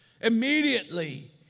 Immediately